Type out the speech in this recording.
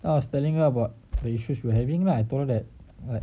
I was telling her about the issues you were having lah I told her that like